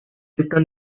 clifton